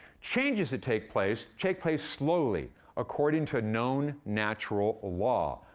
changes that take place, take place slowly according to known natural ah law.